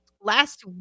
last